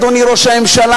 אדוני ראש הממשלה,